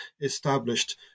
established